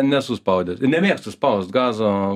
nesu spaudęs ir nemėgstu spaust gazo